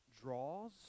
draws